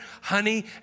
honey